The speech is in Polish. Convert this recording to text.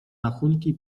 rachunki